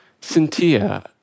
Cynthia